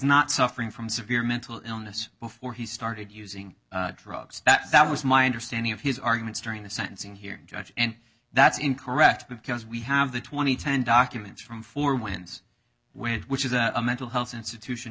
not suffering from severe mental illness before he started using drugs that was my understanding of his arguments during the sentencing hearing and that's incorrect because we have the two thousand and ten documents from four wins which which is a mental health institution